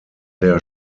der